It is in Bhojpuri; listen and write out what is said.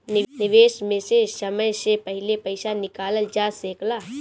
निवेश में से समय से पहले पईसा निकालल जा सेकला?